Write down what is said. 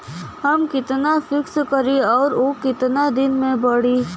हम कितना फिक्स करी और ऊ कितना दिन में बड़ी?